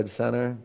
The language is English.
center